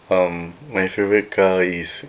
um my favourite car is